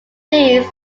these